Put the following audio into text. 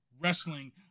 wrestling